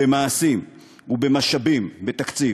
במעשים ובמשאבים ובתקציב.